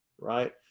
right